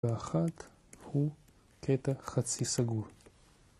ואחת הוא קטע חצי סגור.